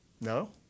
No